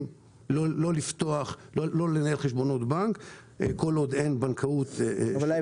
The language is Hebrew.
לא לנהל חשבונות בנק כל עוד אין בנקאות על פי ההלכה.